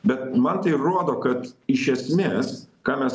bet man tai rodo kad iš esmės ką mes